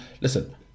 listen